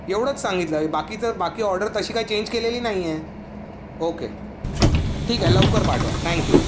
एवढंच सांगितलं बाकीचं बाकी ऑर्डर तशी काय चेंज केलेली नाही आहे ओके ठीक आहे लवकर पाठवा थँक्यू